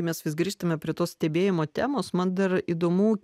mes vis grįžtame prie to stebėjimo temos man dar įdomu